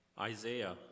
Isaiah